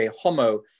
homo